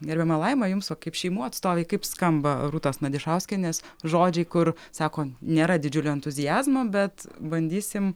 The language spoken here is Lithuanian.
gerbiama laima jums va kaip šeimų atstovai kaip skamba rūtos nadišauskienės žodžiai kur sako nėra didžiulio entuziazmo bet bandysim